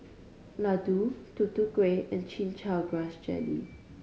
laddu Tutu Kueh and Chin Chow Grass Jelly